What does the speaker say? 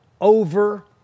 over